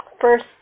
first